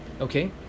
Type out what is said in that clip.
okay